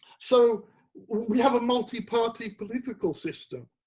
so we have a multi party political system.